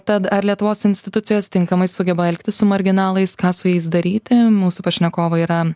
tad ar lietuvos institucijos tinkamai sugeba elgtis su marginalais ką su jais daryti mūsų pašnekovai yra